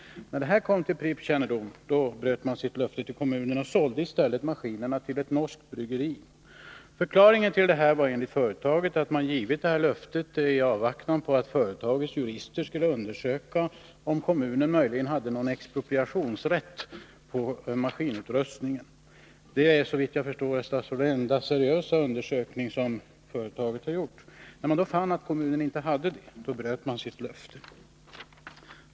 När detta kom till Pripps kännedom bröt man löftet till kommunen och sålde maskinerna till ett norskt bryggeri. Förklaringen till detta var enligt företaget att man givit detta löfte i avvaktan på att företagets jurister skulle hinna med att undersöka huruvida kommunen hade någon expropriationsrätt på maskinutrustningen. Det är, herr statsråd, såvitt jag förstår den enda seriösa undersökning som företaget gjort. När man fann att kommunen inte hade någon sådan rätt bröt man sitt löfte.